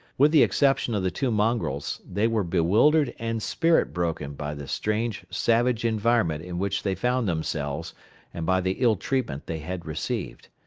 with the exception of the two mongrels, they were bewildered and spirit-broken by the strange savage environment in which they found themselves and by the ill treatment they had received.